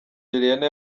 juliana